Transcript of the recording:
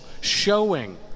showing